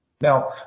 Now